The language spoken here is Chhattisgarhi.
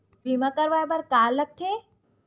बीमा करवाय बर का का लगथे?